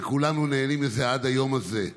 וכולנו נהנים מזה עד היום הזה.